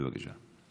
בבקשה.